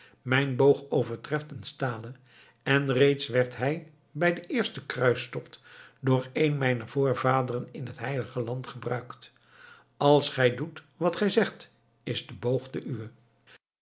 mijn boog overtreft een stalen en reeds werd hij bij den eersten kruistocht door een mijner voorvaderen in het heilige land gebruikt als gij doet wat gij zegt is de boog de uwe